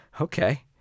okay